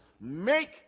make